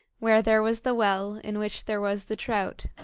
where there was the well, in which there was the trout.